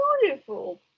beautiful